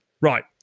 right